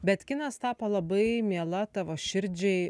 bet kinas tapo labai miela tavo širdžiai